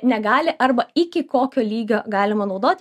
negali arba iki kokio lygio galima naudot